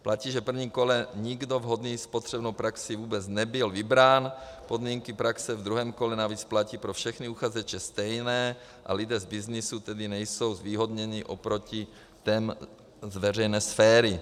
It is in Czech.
Platí, že v prvním kole nikdo vhodný s potřebnou praxí vůbec nebyl vybrán, podmínky praxe v druhém kole navíc platí pro všechny uchazeče stejné, a lidé z byznysu tedy nejsou zvýhodněni oproti těm z veřejné sféry.